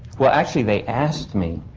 well, actually, they asked me,